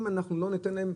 ואנחנו לא ניתן להם,